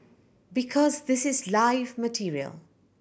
because this is live material